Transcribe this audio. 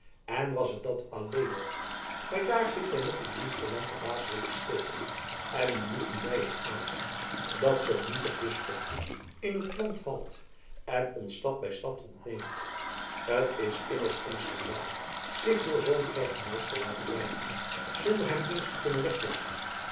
en was het dat alleen nog maar daar heeft hy nog in munsterland den baas willen spelen en nu moeten wy het aanzien dat zoo'n nietig bisschopjen in t land valt en ons stad by stad ontneemt t is immers een schandaal zich door zoo'n kerkmuis te laten bijten zonder hem eens te kunnen weg